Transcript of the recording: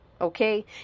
Okay